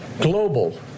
global